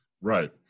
Right